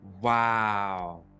Wow